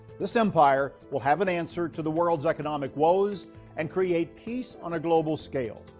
this empire will have an answer to the world's economic woes and create peace on a global scale.